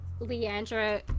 Leandra